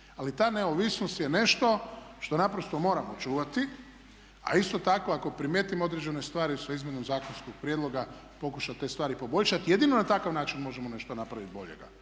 Ali ta neovisnost je nešto što naprosto moramo čuvati, a isto tako ako primijetimo određene stvari sa izmjenom zakonskog prijedloga pokušat te stvari poboljšati. Jedino na takav način možemo nešto napraviti boljega.